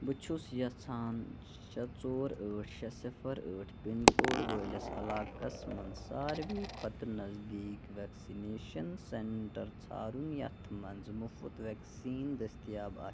بہٕ چھُس یژھان شےٚ ژور ٲٹھ شےٚ صِفر ٲٹھ پِن کوڈ وٲلِس علاقس مَنٛز ساروی کھۄتہٕ نزدیٖک وٮ۪کسِنیشَن سٮ۪نٛٹَر ژھارُن یَتھ منٛز مُفٕت وٮ۪کسیٖن دٔستِیاب آسہِ